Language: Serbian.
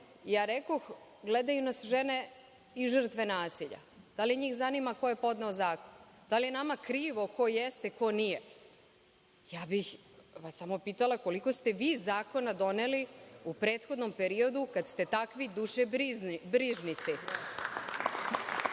bolje. Rekoh, gledaju nas žene i žrtve nasilja. Da li njih zanima ko je podneo zakon, da li je nama krivo ko jeste, ko nije. Ja bih vas samo pitala – koliko ste vi zakona doneli u prethodnom periodu kada ste takvi dušebrižnici? Još